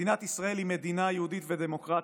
מדינת ישראל היא מדינה יהודית ודמוקרטית,